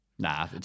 Nah